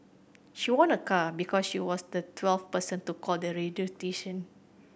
she won a car because she was the twelfth person to call the radio station